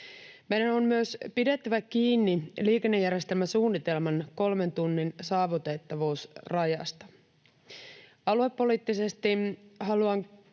Meidän on myös pidettävä kiinni liikennejärjestelmäsuunnitelman kolmen tunnin saavutettavuusrajasta. Aluepoliittisesti haluan